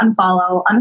unfollow